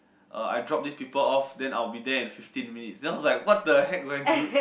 uh I drop these people off then I'll be there in fifteen minutes then I was like what the heck do I